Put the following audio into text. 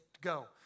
go